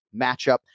matchup